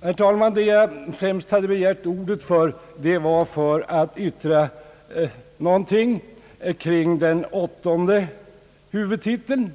Tyvärr ser jag att herr Strand nu lämnar plenisalen. Den främsta anledningen till att jag begärde ordet var att jag ville säga något om den åttonde huvudtiteln.